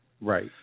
Right